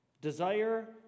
Desire